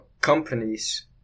companies